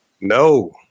No